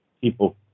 people